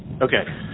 Okay